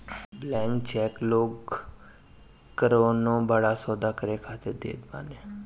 blank cheque लोग कवनो बड़ा सौदा करे खातिर देत बाने